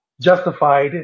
justified